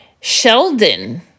Sheldon